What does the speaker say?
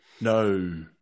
no